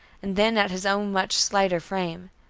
and then at his own much slighter frame,